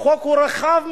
החוק הוא רחב מדי,